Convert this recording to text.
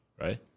right